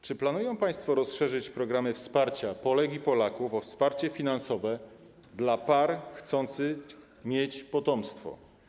Czy planują państwo rozszerzyć programy wsparcia Polek i Polaków o wsparcie finansowe par chcących mieć potomstwo?